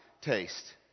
taste